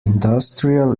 industrial